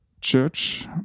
church